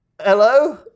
Hello